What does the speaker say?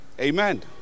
Amen